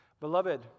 Beloved